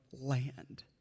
land